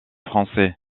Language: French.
français